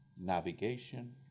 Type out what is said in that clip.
navigation